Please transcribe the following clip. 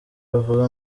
bavuga